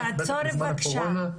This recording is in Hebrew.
בטח בזמן הקורונה.